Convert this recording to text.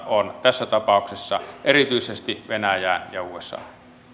on tässä tapauksessa erityisesti venäjään ja usahan